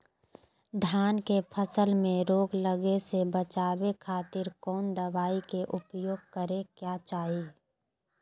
धान के फसल मैं रोग लगे से बचावे खातिर कौन दवाई के उपयोग करें क्या चाहि?